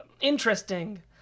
Interesting